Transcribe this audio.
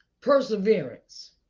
perseverance